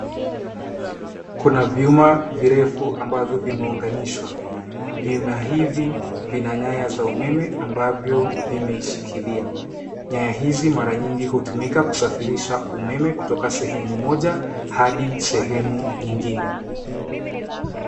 Kuna vyuma virefu ambavyo vimeunganishwa. Vyuma hivi vina nyaya za umeme ambavyo vimeishikilia. Nyaya hizi mara nyingi hutumika kusafirisha umeme kutoka sehemu moja hadi sehemu nyingine.